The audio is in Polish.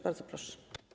Bardzo proszę.